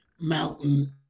mountain